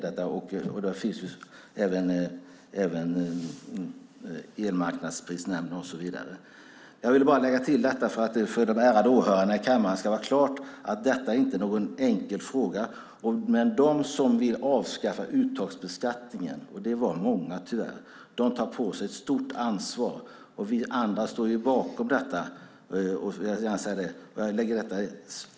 Det finns även elmarknadsprisnämnd och så vidare. Jag ville bara lägga till detta för att det för de ärade åhörarna i kammaren ska vara klart att det inte är någon enkel fråga. De som vill avskaffa uttagsbeskattningen, och de är tyvärr många, tar på sig ett stort ansvar. Vi andra står bakom uttagsbeskattningen.